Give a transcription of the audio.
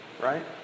right